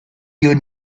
you